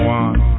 one